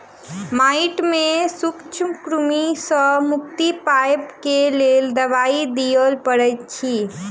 माइट में सूत्रकृमि सॅ मुक्ति पाबअ के लेल दवाई दियअ पड़ैत अछि